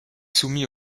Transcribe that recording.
soumis